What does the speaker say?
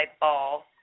ball